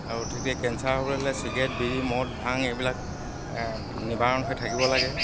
আৰু কেঞ্চাৰ হ'বলৈ হ'লে চিগেৰেট বিড়ি মদ ভাং এইবিলাক নিবাৰণ হৈ থাকিব লাগে